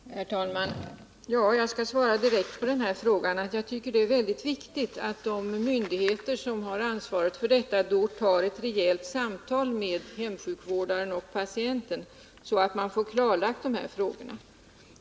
Herr talman! Jag skall svara direkt på den frågan att jag tycker det är väldigt viktigt att de myndigheter som har ansvaret för hemsjukvården då tar ett rejält samtal med hemsjukvårdaren och patienten, så att man får frågorna klarlagda.